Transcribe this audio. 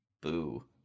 Boo